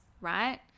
right